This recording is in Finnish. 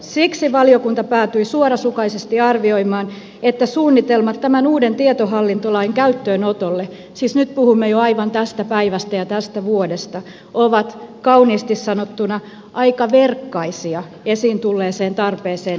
siksi valiokunta päätyi suorasukaisesti arvioimaan että suunnitelmat tämän uuden tietohallintolain käyttöönotosta siis nyt puhumme jo aivan tästä päivästä ja tästä vuodesta ovat kauniisti sanottuna aika verkkaisia esiin tulleeseen tarpeeseen nähden